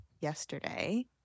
yesterday